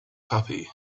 puppy